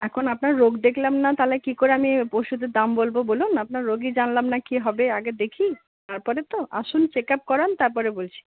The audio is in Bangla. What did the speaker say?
এখন আপনার রোগ দেখলাম না তাহলে কী করে আমি ওষুধের দাম বলব বলুন আপনার রোগই জানলাম না কী হবে আগে দেখি তারপরে তো আসুন চেক আপ করান তারপরে বলছি